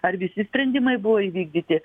ar visi sprendimai buvo įvykdyti